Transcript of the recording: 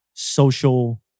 Social